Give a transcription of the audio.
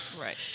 Right